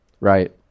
right